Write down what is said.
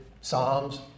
psalms